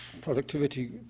productivity